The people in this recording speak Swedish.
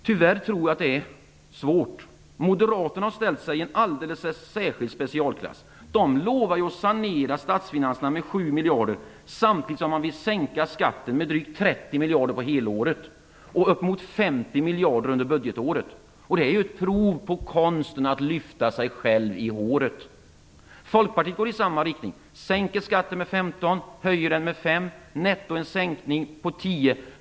Tyvärr tror jag att det är svårt. Moderaterna har ställt sig i en särskild specialklass. De lovar att sanera statsfinanserna med 7 miljarder samtidigt som de vill sänka skatten med drygt 30 miljarder på helåret och upp emot 50 miljarder under budgetåret. Det är ett prov på konsten att lyfta sig själv i håret. Folkpartiet går i samma riktning och sänker skatten med 15 miljarder och höjer den med 5. Det blir en nettosänkning med 10.